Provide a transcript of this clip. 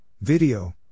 Video